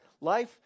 life